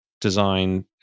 design